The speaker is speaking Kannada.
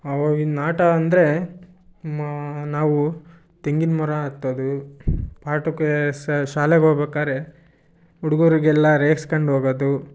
ಆವಾಗಿನ ಆಟ ಅಂದರೆ ಮಾ ನಾವು ತೆಂಗಿನ ಮರ ಹತ್ತೋದು ಪಾಠಕ್ಕೆ ಸ ಶಾಲೆಗೆ ಹೋಗ್ಬೇಕಾದ್ರೆ ಹುಡುಗರಿಗೆಲ್ಲ ರೇಗ್ಸ್ಕಂಡು ಹೋಗೋದು